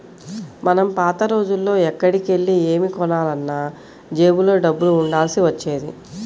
మనం పాత రోజుల్లో ఎక్కడికెళ్ళి ఏమి కొనాలన్నా జేబులో డబ్బులు ఉండాల్సి వచ్చేది